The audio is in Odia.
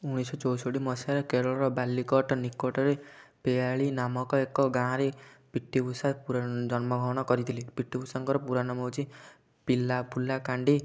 ଉଣେଇଶ ଚଉଷଠି ମସିହାରେ କେରଳର ବାଲିକଟ୍ ନିକଟରେ ପେଆଳି ନାମକ ଏକ ଗାଁରେ ପିଟି ଉଷା ଜନ୍ମଗ୍ରହଣ କରିଥିଲେ ପିଟି ଉଷାଙ୍କର ପୁରାନାମ ହେଉଛି ପିଲା ପୁଲା କାଣ୍ଡି